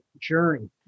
journey